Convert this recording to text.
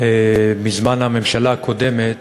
מזמן הממשלה הקודמת